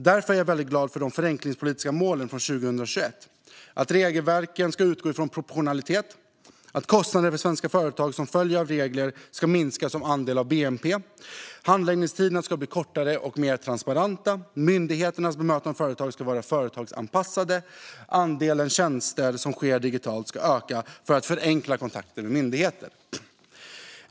Därför är jag väldigt glad för de förenklingspolitiska målen från 2021: Regelverken ska utgå från proportionalitet. Kostnader för svenska företag som följer av regler ska minska som andel av bnp. Handläggningstiderna ska bli kortare och mer transparenta. Myndigheters bemötande av företag ska vara företagsanpassat. Andelen tjänster som är digitala ska öka för att förenkla kontakten med myndigheter.